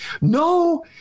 No